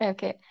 Okay